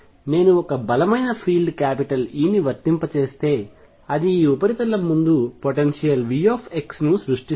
నేను ఒక బలమైన ఫీల్డ్ E ని వర్తింపజేస్తే అది ఈ ఉపరితలం ముందు పొటెన్షియల్ V ను సృష్టిస్తుంది